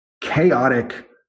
chaotic